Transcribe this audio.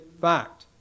fact